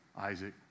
Isaac